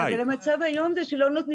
עקבתי אחרי הדיון כל הדרך ב-זום